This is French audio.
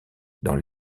dans